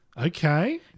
Okay